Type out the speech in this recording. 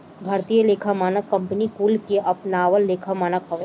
भारतीय लेखा मानक कंपनी कुल के अपनावल लेखा मानक हवे